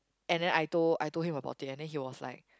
and then I told I told him about it and then he was like